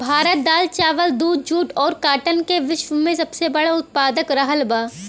भारत दाल चावल दूध जूट और काटन का विश्व में सबसे बड़ा उतपादक रहल बा